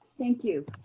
thank you.